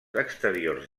exteriors